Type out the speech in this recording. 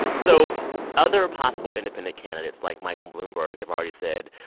so other possible independent candidates, like michael bloomberg, have already said,